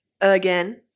again